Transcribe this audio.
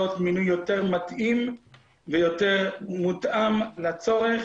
מינוי יותר מתאים ויותר מותאם לצורך